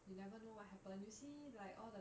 you never know what happened you see like all the